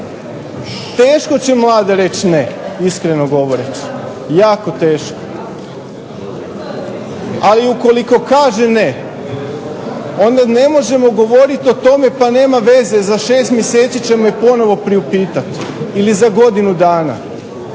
Teško će mlada reći ne, jako teško. Ali ukoliko kaže ne, onda ne možemo govoriti o tome pa nema veze za šest mjeseci će me ponovno priupitati, ili za godinu dana